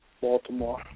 Baltimore